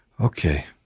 Okay